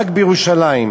רק בירושלים,